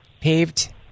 paved